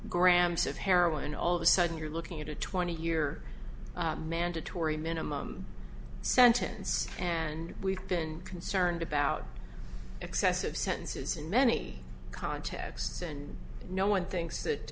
grams of heroin all of a sudden you're looking at a twenty year mandatory minimum sentence and we've been concerned about excessive sentences in many contexts and no one thinks that